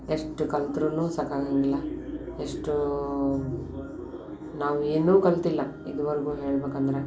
ಎಷ್ಟು ಕಲ್ತ್ರು ಸಾಕಾಗೋಂಗಿಲ್ಲ ಎಷ್ಟು ನಾವು ಏನೂ ಕಲಿತಿಲ್ಲ ಇದುವರೆಗೂ ಹೇಳ್ಬೇಕಂದ್ರೆ